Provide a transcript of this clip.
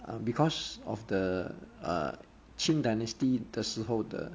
err because of the err qing dynasty 的时候的